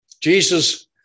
Jesus